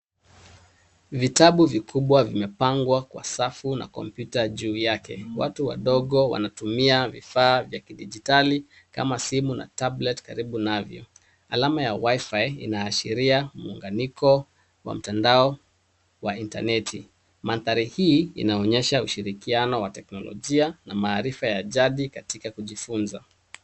Vitabu vikubwa vimepangwa kwa safu na kompyuta juu yake. Watu wadogo wanatumia vifaa vya kidijitali, kama simu na tablet karibu navyo. Alama ya WIFI inaashiria muunganiko wa mtandao wa intaneti. Mandhari hii inaonyesha ushirikiano wa teknolojia na maarifa ya jadi katika kujifunza.